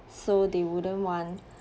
so they wouldn't want